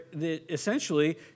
essentially